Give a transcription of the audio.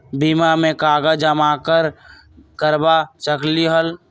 बीमा में कागज जमाकर करवा सकलीहल?